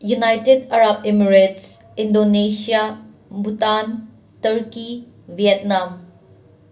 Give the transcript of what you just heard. United Arab Emirates Indonesia Bhutan turkey Vietnam